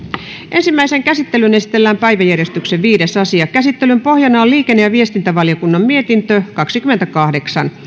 ensimmäiseen käsittelyyn esitellään päiväjärjestyksen viides asia käsittelyn pohjana on liikenne ja viestintävaliokunnan mietintö kaksikymmentäkahdeksan